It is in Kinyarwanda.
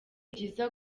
byiza